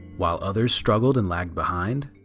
while others struggled and lagged behind?